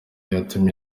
yatumye